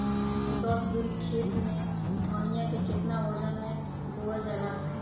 दस धुर खेत में धनिया के केतना वजन मे बोवल जाला?